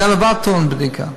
זה דבר טעון בדיקה.